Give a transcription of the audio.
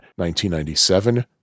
1997